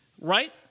right